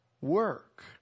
work